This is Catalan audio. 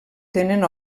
tenen